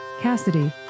Cassidy